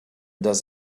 does